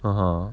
(uh huh)